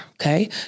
okay